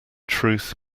truth